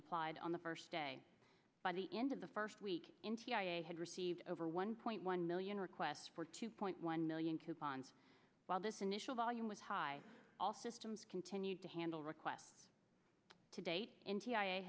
applied on the first day by the end of the first week had received over one point one million requests for two point one million coupons while this initial volume was high all systems continue to handle requests to date